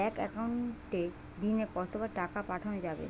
এক একাউন্টে দিনে কতবার টাকা পাঠানো যাবে?